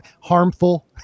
harmful